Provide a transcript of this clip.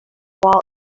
wall